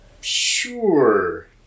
Sure